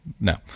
No